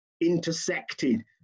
intersected